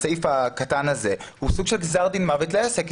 הסעיף הקטן הזה הוא סוג של גזר דין מוות לעסק.